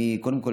קודם כול,